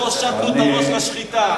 לא הושטנו את הראש לשחיטה,